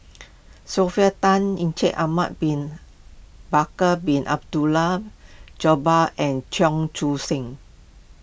Sylvia Tan Ahmad Bin Bakar Bin Abdullah Jabbar and Cheong Koon Seng